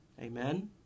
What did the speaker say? Amen